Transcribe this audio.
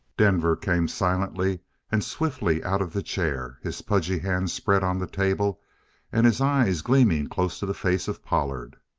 denver came silently and swiftly out of the chair, his pudgy hand spread on the table and his eyes gleaming close to the face of pollard.